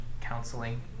counseling